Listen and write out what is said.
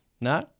No